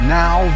now